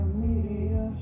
media